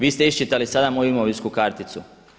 Vi ste iščitali sada moju imovinsku karticu.